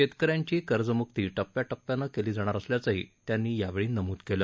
शेतकऱ्यांची कर्जमुक्ती टप्याटप्यानं केली जाणार असल्याचंही त्यांनी यावेळी नमूद केलं